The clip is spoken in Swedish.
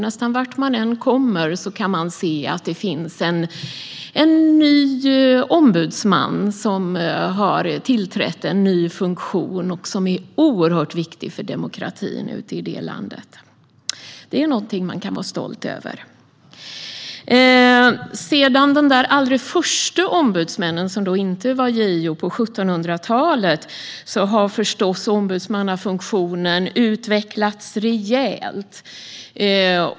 Nästan vart man än kommer kan man se att en ny ombudsman har tillträtt en ny funktion som är oerhört viktig för demokratin i just det landet. Detta kan vi vara stolta över. Sedan vi fick de allra första ombudsmännen på 1700-talet, som dock inte var JO, har ombudsmannafunktionen förstås utvecklats rejält.